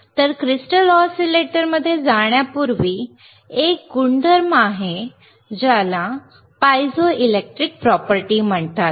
तर क्रिस्टल ऑसीलेटरमध्ये जाण्यापूर्वी एक गुणधर्म आहे ज्याला पायझोइलेक्ट्रिक प्रॉपर्टी म्हणतात